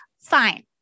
fine